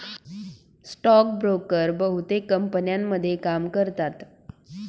stock broker बहुतेक कंपन्यांमध्ये काम करतात